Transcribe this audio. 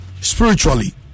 spiritually